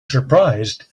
surprised